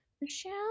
michelle